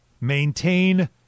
maintain